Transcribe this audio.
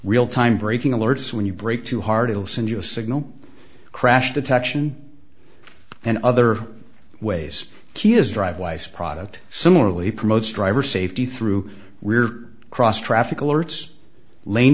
real time braking alerts when you break too hard it will send you a signal crash detection and other ways he is dr weiss product similarly promotes driver safety through rear cross traffic alerts lane